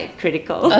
critical